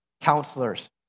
Counselors